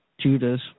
Judas